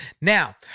Now